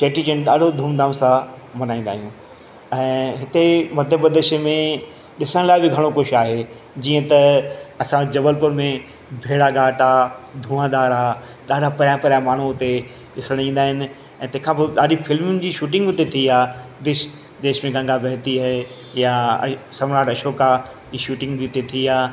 चेटी चंडु ॾाढो धूम धाम सां मनाईंदा आहियूं ऐं हिते मतिलब मध्य प्रदेश में ॾिसण लाइ बि घणो कुझु आहे जीअं त असां जबलपुर में भेड़ा घाट आहे धुंआदार आहे ॾाढा परियां परियां माण्हू हुते ॾिसणु ईंदा आहिनि ऐं तंहिंखा पोइ ॾाढी फिल्मुनि जी शूटिंग उते थी आहे जिस देश में गंगा बहती है या इहे सम्राट अशोका जी शूटिंग बि उते थी आहे